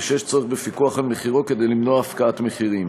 שיש צורך בפיקוח על מחירו כדי למנוע הפקעת מחירים.